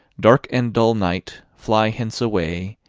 dark and dull night, flie hence away,